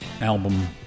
album